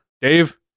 Dave